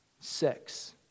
Sex